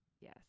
Yes